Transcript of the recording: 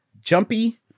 jumpy